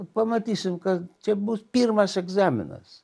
pamatysim kad čia bus pirmas egzaminas